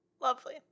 Lovely